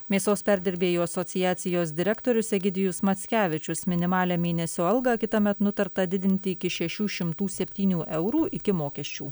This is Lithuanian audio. mėsos perdirbėjų asociacijos direktorius egidijus mackevičius minimalią mėnesio algą kitąmet nutarta didinti iki šešių šimtų septynių eurų iki mokesčių